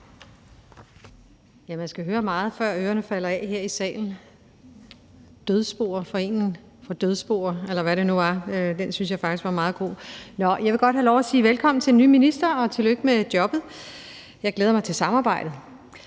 meget her i salen, før ørerne falder af – foreningen for dødsboer, eller hvad det nu var. Den synes jeg faktisk var meget god. Nå, jeg vil godt have lov at sige velkommen til den nye minister, og tillykke med jobbet. Jeg glæder mig til samarbejdet.